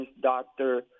doctor